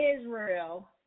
Israel